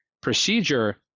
procedure